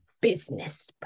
business